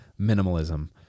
minimalism